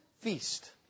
feast